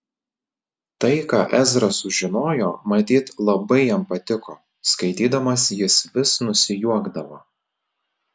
tai ką ezra sužinojo matyt labai jam patiko skaitydamas jis vis nusijuokdavo